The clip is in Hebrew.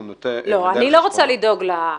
אני לא רוצה לדאוג להם.